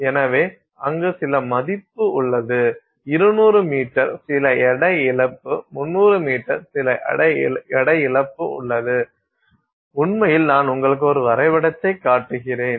எனவே அங்கு சில மதிப்பு உள்ளது 200 மீட்டர் சில எடை இழப்பு 300 மீட்டர் சில எடை இழப்பு உள்ளது உண்மையில் நான் உங்களுக்கு ஒரு வரைபடத்தைக் காட்டுகிறேன்